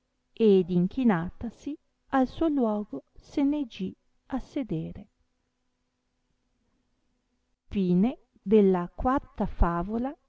ed inchinatasi al suo luogo se ne gì a sedere né